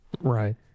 Right